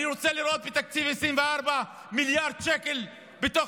אני רוצה לראות בתקציב 2024 מיליארד שקלים בתוך